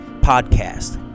podcast